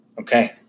Okay